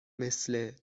مثل